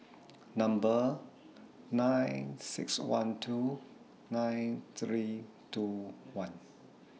Number nine six one two nine three two one